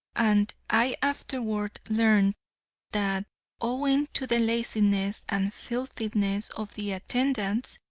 and i afterward learned that owing to the laziness and filthiness of the attendants,